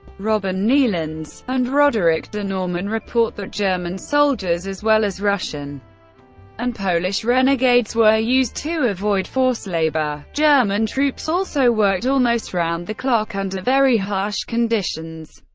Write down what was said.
robin neillands and roderick de normann report that german soldiers as well as russian and polish renegades were used to avoid forced labour. german troops also worked almost round-the-clock under very harsh conditions,